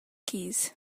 keys